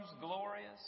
glorious